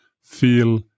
feel